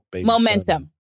Momentum